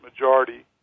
majority